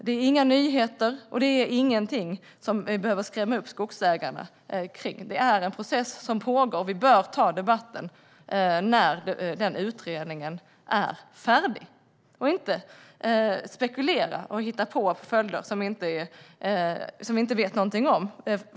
Det är inga nyheter, och det är inget att skrämma upp skogsägarna för. Det är en process som pågår, och vi bör ta debatten när utredningen är färdig och inte spekulera och hitta på följder som vi inte vet någonting om.